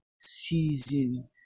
season